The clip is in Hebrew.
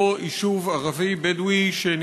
היושב-ראש,